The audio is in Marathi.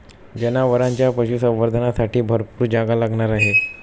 जनावरांच्या पशुसंवर्धनासाठी भरपूर जागा लागणार आहे